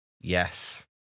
Yes